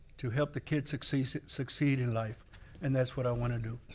to help the kids succeed succeed in life and that's what i wanna do.